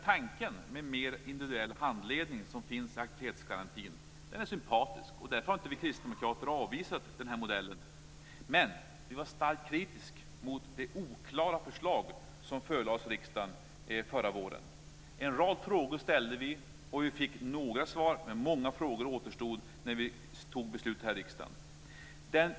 Tanken med mer individuell handledning, som finns i aktivitetsgarantin, är sympatisk. Därför har vi kristdemokrater inte avvisat den här modellen. Men vi var starkt kritiska mot det oklara förslag som förelades riksdagen förra våren. Vi ställde en rad frågor. Vi fick några svar, men många frågor återstod när vi fattade beslut här i riksdagen.